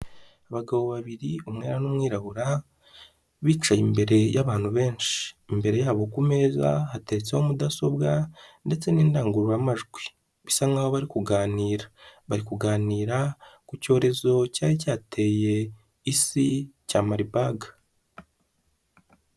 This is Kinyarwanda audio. Abagabo babiri umwera n'umwirabura bicaye imbere y'abantu benshi, imbere yabo ku meza hatetseho mudasobwa ndetse n'indangururamajwi bisa nkaho bari kuganira, bari kuganira ku cyorezo cyari cyateye isi cya maribaga.